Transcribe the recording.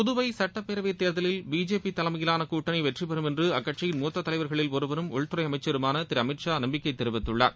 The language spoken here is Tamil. புதுவை சட்டப்பேரவைத் தேர்தலில் பிஜேபி தலைமையிலான கூட்டனி வெற்றி பெறம் என்று அக்கட்சியின் மூத்த தலைவர்களில் ஒருவரும் உள்துறை அமைச்சருமான திரு அமித் ஷா நம்பிக்கை தெரிவித்துள்ளார்